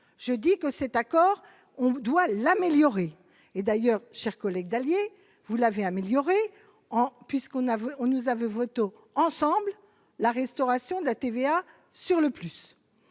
je dis que cet accord, on doit l'améliorer et d'ailleurs chers collègues d'Dallier, vous l'avez amélioré en puisqu'on a vu, on nous avez voto ensembles, la restauration de la TVA sur le plus,